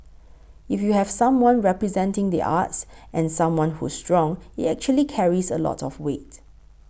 if you have someone representing the arts and someone who's strong it actually carries a lot of weight